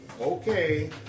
Okay